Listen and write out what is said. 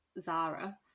Zara